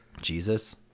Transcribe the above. Jesus